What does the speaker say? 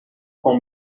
com